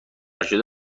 شده